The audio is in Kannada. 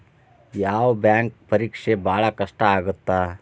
ಯಾವ್ ಬ್ಯಾಂಕ್ ಪರೇಕ್ಷೆ ಭಾಳ್ ಕಷ್ಟ ಆಗತ್ತಾ?